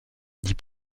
dit